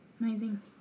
Amazing